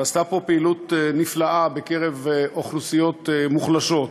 ועשתה פה פעילות נפלאה בקרב אוכלוסיות מוחלשות,